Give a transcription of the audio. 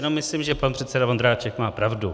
Jenom myslím, že pan předseda Vondráček má pravdu.